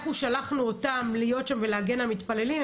אנחנו שלחנו אותם להיות שם ולהגן על המתפללים.